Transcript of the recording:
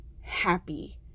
happy